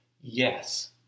Yes